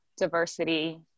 diversity